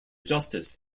justice